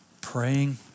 praying